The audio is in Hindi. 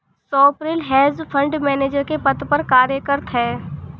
स्वप्निल हेज फंड मैनेजर के पद पर कार्यरत है